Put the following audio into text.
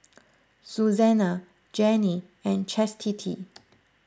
Susannah Janine and Chastity